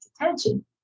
attention